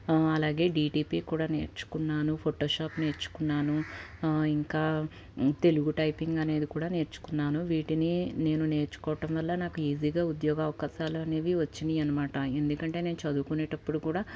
అలాగే డిటిపి కూడా నేర్చుకున్నాను ఫోటోషాప్ నేర్చుకున్నాను ఇంకా తెలుగు టైపింగ్ అనేది కూడ నేర్చుకున్నాను వీటిని నేను నేర్చుకోవటం వల్ల నాకు ఈజీగా ఉద్యోగ అవకాశాలనేవి వచ్చినా యి అనమాట ఎందుకంటే నేను చదువుకునేటప్పుడు కూడా